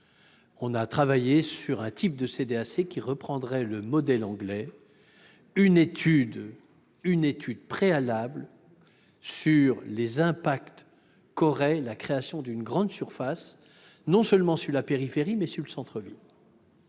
avons travaillé sur un type de CDAC qui reprendrait le modèle anglais. Elle effectuerait une étude préalable sur les impacts qu'aurait la création d'une grande surface non seulement sur la périphérie, mais aussi sur le centre-ville,